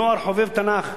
נוער חובב תנ"ך,